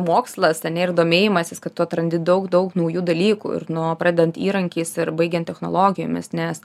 mokslas ar ne ir domėjimasis kad tu atrandi daug daug naujų dalykų ir nuo pradedant įrankiais ir baigiant technologijomis nes